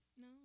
No